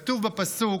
כתוב בפסוק: